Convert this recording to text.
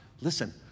listen